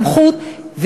סמכות,